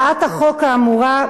הצעת החוק האמורה,